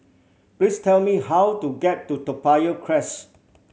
please tell me how to get to Toa Payoh Crest